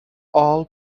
all